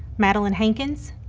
madalyn hankins,